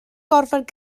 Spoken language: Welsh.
gorfod